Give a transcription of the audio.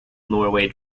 norway